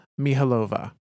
Mihalova